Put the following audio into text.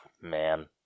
man